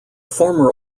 former